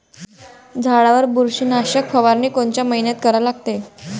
झाडावर बुरशीनाशक फवारनी कोनच्या मइन्यात करा लागते?